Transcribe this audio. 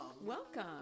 Welcome